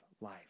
life